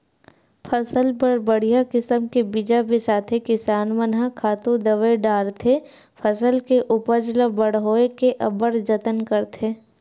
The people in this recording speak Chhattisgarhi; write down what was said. फसल बर बड़िहा किसम के बीजा बिसाथे किसान मन ह खातू दवई डारथे फसल के उपज ल बड़होए के अब्बड़ जतन करथे